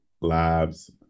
lives